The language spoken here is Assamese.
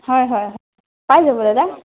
হয় হয় হয় পাই যাব দাদা